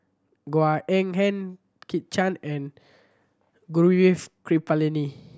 Goh Eng Han Kit Chan and Gaurav Kripalani